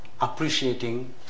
appreciating